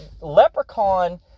Leprechaun